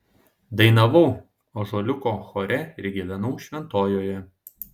dainavau ąžuoliuko chore ir gyvenau šventojoje